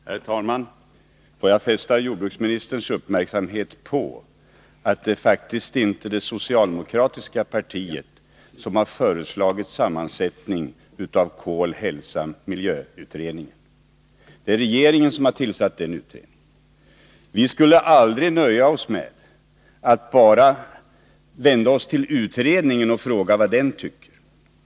Herr talman! Får jag fästa jordbruksministerns uppmärksamhet på att det faktiskt inte är det socialdemokratiska partiet som har föreslagit sammansättningen när det gäller projektet Kol-Hälsa-Miljö. Det är regeringen som har tillsatt utredningen. Vi skulle aldrig nöja oss med att bara vända oss till utredningen och fråga vad den tycker.